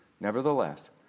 Nevertheless